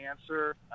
answer